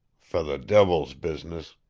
for the divil's business.